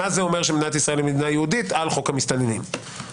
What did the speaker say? מה זה אומר שמדינת ישראל היא מדינה יהודית על חוק המסתננים למשל?